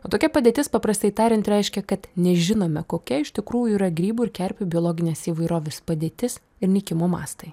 o tokia padėtis paprastai tariant reiškia kad nežinome kokia iš tikrųjų yra grybų ir kerpių biologinės įvairovės padėtis ir nykimo mastai